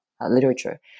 literature